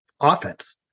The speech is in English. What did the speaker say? offense